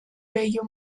bello